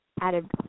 added